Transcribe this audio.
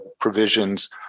provisions